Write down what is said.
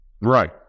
Right